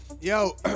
yo